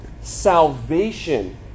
salvation